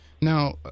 now